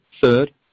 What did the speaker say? Third